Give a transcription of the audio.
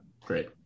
great